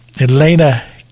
Elena